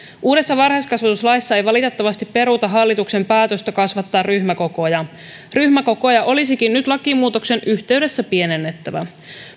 uudessa varhaiskasvatuslaissa ei valitettavasti peruta hallituksen päätöstä kasvattaa ryhmäkokoja ryhmäkokoja olisikin nyt lakimuutoksen yhteydessä pienennettävä